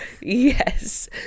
Yes